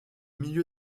milieu